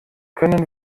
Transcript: können